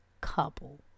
couple